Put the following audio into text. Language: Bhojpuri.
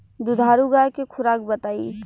दुधारू गाय के खुराक बताई?